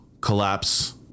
Collapse